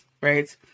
right